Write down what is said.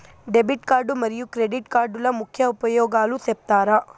Debit card మరియు credit కార్డుల ముఖ్య ఉపయోగాలు సెప్తారా?